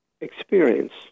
experience